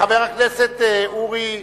חבר הכנסת אורי,